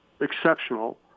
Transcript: exceptional